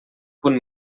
punt